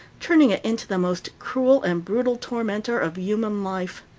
turning it into the most cruel and brutal tormentor of human life.